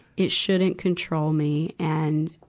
it shouldn't control me. and,